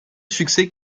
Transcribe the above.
succès